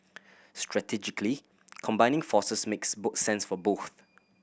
strategically combining forces makes both sense for both